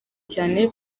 cyane